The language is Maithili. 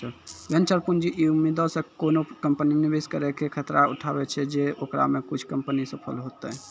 वेंचर पूंजी इ उम्मीदो से कोनो कंपनी मे निवेश करै के खतरा उठाबै छै जे ओकरा मे कुछे कंपनी सफल होतै